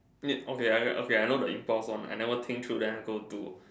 wait okay I okay I know the improve one I never think though then I go to